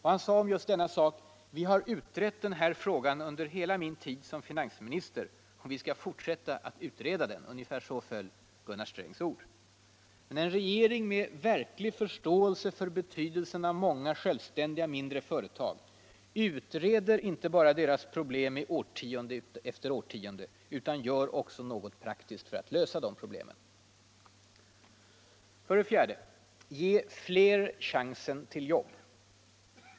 Han sade om just denna sak: Vi har utrett den här frågan under hela min tid som finansminister och vi skall fortsätta att utreda den. Ungefär så föll Gunnar Strängs ord. Men en regering med verklig förståelse för betydelsen av många självständiga mindre företag utreder inte bara deras problem i årtionde efter årtionde utan gör också något praktiskt för att lösa de problemen. 4. Ge fler chansen till jobb.